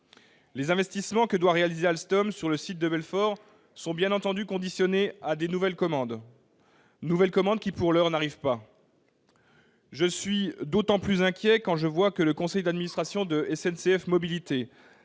Les investissements que doit réaliser Alstom sur le site de Belfort dépendent, bien entendu, de nouvelles commandes, lesquelles, pour l'heure, n'arrivent pas. Je suis d'autant plus inquiet quand je vois que le conseil d'administration de SNCF Mobilités